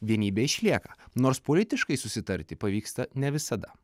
vienybė išlieka nors politiškai susitarti pavyksta ne visada